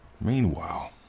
Meanwhile